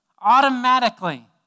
Automatically